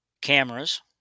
cameras